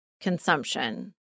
consumption